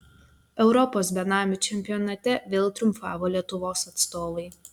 europos benamių čempionate vėl triumfavo lietuvos atstovai